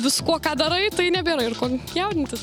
viskuo ką darai tai nebėra ko jaudintis